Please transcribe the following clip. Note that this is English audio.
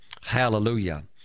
hallelujah